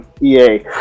EA